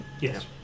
Yes